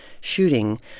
shooting